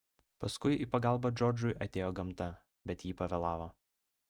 paskui į pagalbą džordžui atėjo gamta bet ji pavėlavo